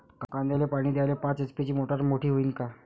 कांद्याले पानी द्याले पाच एच.पी ची मोटार मोटी व्हईन का?